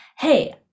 hey